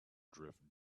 drift